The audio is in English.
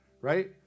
Right